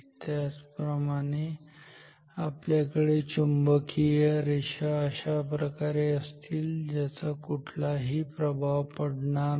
त्याच प्रमाणे आपल्याकडे चुंबकीय रेषा अशाप्रकारे असतील ज्यांचा कुठलाही प्रभाव पडणार नाही